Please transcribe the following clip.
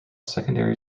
secondary